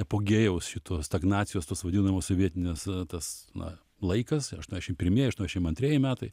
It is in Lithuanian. apogėjaus šitos stagnacijos tos vadinamos sovietines tas na laikas aštuoniasdešim pirmieji aštuoniasdešim antrieji metai